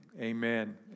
Amen